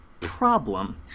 problem